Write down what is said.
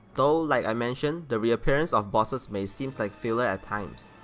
though like i mentioned the reappearance of bosses may seems like filler at times.